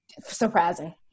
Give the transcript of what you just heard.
surprising